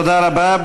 תודה רבה.